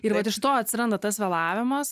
ir vat iš to atsiranda tas vėlavimas